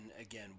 again